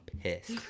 pissed